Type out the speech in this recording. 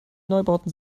neubauten